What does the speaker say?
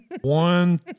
One